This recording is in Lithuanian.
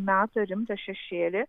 meta rimtą šešėlį